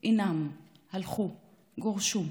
אינם, הלכו, גורשו,